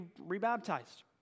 rebaptized